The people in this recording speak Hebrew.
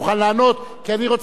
כי אני רוצה לומר לך,